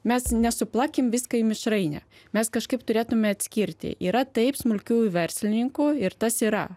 mes nesuplakim visko į mišrainę mes kažkaip turėtumėme atskirti yra taip smulkiųjų verslininkų ir tas yra